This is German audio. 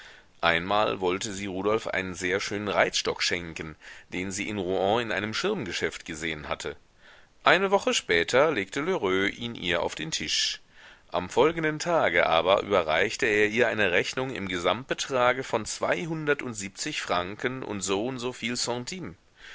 einmal wollte sie rudolf einen sehr schönen reitstock schenken den sie in rouen in einem schirmgeschäft gesehen hatte eine woche später legte lheureux ihn ihr auf den tisch am folgenden tage aber überreichte er ihr eine rechnung im gesamtbetrage von zweihundertundsiebzig franken und so und soviel